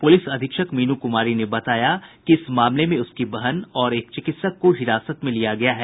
police अधीक्षक मीनू कुमारी ने बताया कि इस मामले में उसकी बहन और एक चिकित्सक को हिरासत में लिया गया है